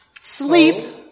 sleep